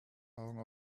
augen